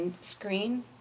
screen